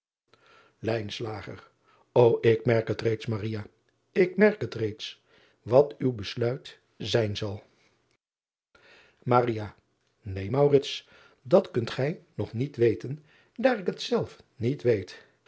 o k merk het reeds ik merk het reeds wat uw besluit zijn zal een dat kunt gij nog niet weten daar ik het zelf niet weet